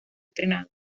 estrenado